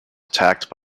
attacked